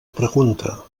pregunta